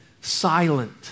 silent